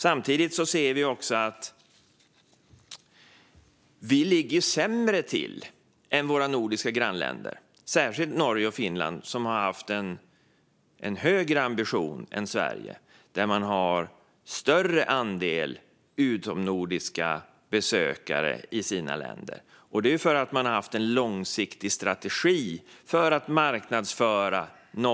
Samtidigt ser vi också att vi ligger sämre till än våra nordiska grannländer, särskilt Norge och Finland, som har haft en högre ambition än Sverige och där man har en större andel utomnordiska besökare. Det är för att man har haft en långsiktig strategi att marknadsföra sig.